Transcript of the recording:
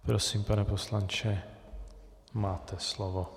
Prosím, pane poslanče, máte slovo.